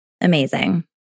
Amazing